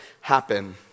happen